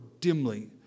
dimly